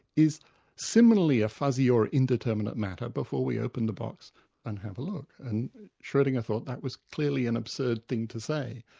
is similarly a fuzzy or indeterminate matter before we open the box and have and schrodinger thought that was clearly an absurd thing to say.